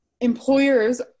employers